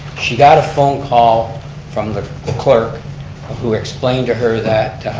she got a phone call from the clerk who explained to her that